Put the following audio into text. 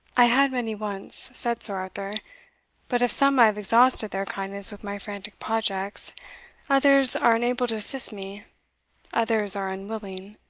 i had many once, said sir arthur but of some i have exhausted their kindness with my frantic projects others are unable to assist me others are unwilling.